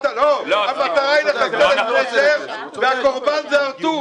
המטרה היא לחסל את "נשר", והקורבן זה "הר-טוב".